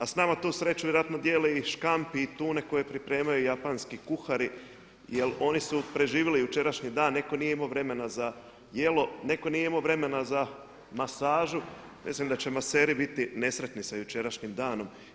A s nama tu sreću vjerojatno dijele i škampi i tune koje pripremaju japanski kuhari jer oni su preživjeli jučerašnji dan, netko nije imao vremena za jelo, netko nije imao vremena za masažu, mislim da će maseri biti nesretni sa jučerašnjim danom.